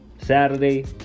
Saturday